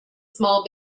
small